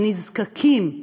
הנזקקים,